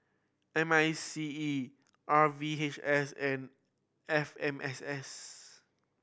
M I C E R V H S F M S S